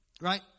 Right